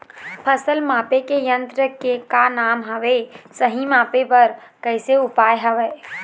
फसल मापे के यन्त्र के का नाम हवे, सही मापे बार कैसे उपाय हवे?